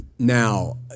Now